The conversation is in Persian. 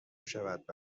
شود